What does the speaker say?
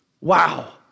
Wow